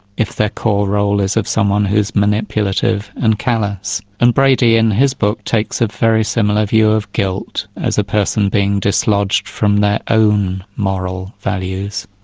if their core role is of someone who's manipulative and callous. and brady in his book takes a very similar view of guilt as a person being dislodged from their own moral values.